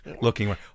looking